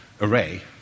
array